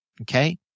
Okay